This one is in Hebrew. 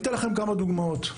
אציג לכם כמה דוגמאות.